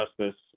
justice